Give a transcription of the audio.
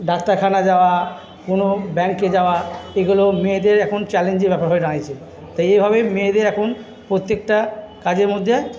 ডাক্তারখানা যাওয়া কোনো ব্যাংকে যাওয়া এগুলো মেয়েদের এখন চ্যালেঞ্জের ব্যাপার হয়ে দাঁড়িয়েছে এইভাবে মেয়েদের এখন প্রত্যেকটা কাজের মধ্যে